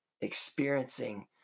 experiencing